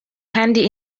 handy